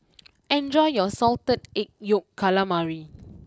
enjoy your Salted Egg Yolk Calamari